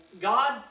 God